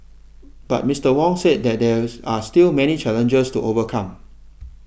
but Mister Wong said that there are still many challenges to overcome